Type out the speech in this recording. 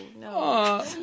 no